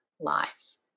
lives